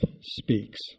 speaks